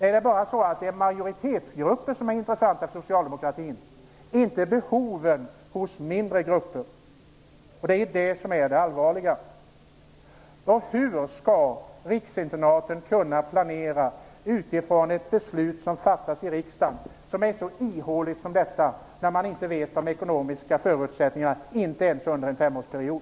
Är det bara majoritetsgrupper som är intressanta för socialdemokratin och inte behoven hos mindre grupper? Det är ju detta som är det allvarliga. Hur skall riksinternaten kunna planera utifrån ett beslut som fattas i riksdagen som är så ihåligt som detta och när man inte ens känner till de ekonomiska förutsättningarna för en femårsperiod?